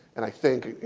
and i think,